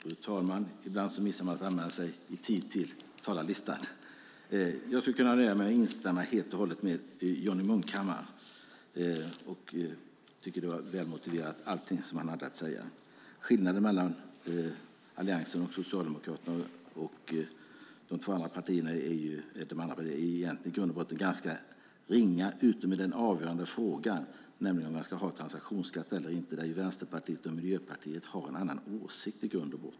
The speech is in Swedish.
Fru talman! Ibland missar man att anmäla sig i tid till talarlistan. Jag skulle kunna nöja mig med att helt och hållet instämma med Johnny Munkhammar. Jag tycker att allting som han hade att säga var välmotiverat. Skillnaden mellan Alliansen och Socialdemokraterna och de två andra partierna är egentligen i grund och botten ganska ringa utom i den avgörande frågan om man ska ha transaktionsskatt eller inte. Där har Vänsterpartiet och Miljöpartiet en annan åsikt.